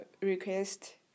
request